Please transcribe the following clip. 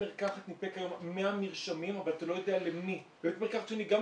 קודם כל, מרשמי סמים.